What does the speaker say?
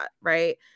Right